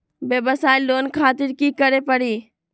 वयवसाय लोन खातिर की करे परी?